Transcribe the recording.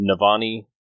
Navani